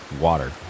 water